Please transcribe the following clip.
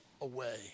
away